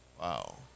Wow